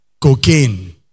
cocaine